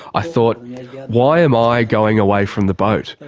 i thought why am i going away from the boat,